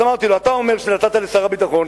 אמרתי לו: אתה אומר שנתת לשר הביטחון,